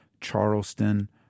Charleston